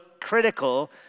critical